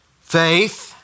faith